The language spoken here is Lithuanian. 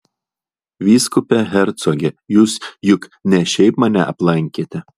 vyskupe hercoge jūs juk ne šiaip mane aplankėte